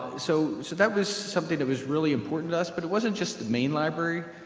so so that was something that was really important to us. but it wasn't just the main library.